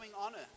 honor